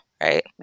Right